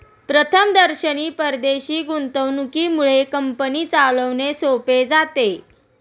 प्रथमदर्शनी परदेशी गुंतवणुकीमुळे कंपनी चालवणे सोपे जाते